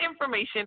information